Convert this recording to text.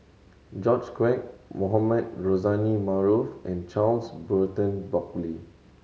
George Quek Mohamed Rozani Maarof and Charles Burton Buckley